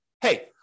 hey